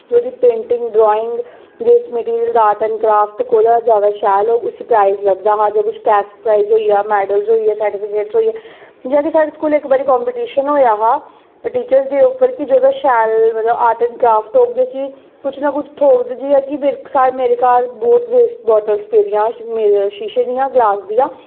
painting drawing दिखदे जिसदा art and craft कोह्दा शैल होग उसी प्राइज लभदा हा जि'यां कोई कैश प्राइज होई गेआ मैडल होई गेआ सर्टिफिकेटस होई गे जि'यां कि साढ़े स्कूल इक बारी कम्मपीटिशन होआ हा टीचरस डेऽ उप्पर कि जोहदा शैल आर्ट एंड कराफ्ट होग उसी कुछ न कुछ थ्होग जि'यां घर बहुत वेस्ट बोतल पेदियां ही शीशे दियां ग्लास दियां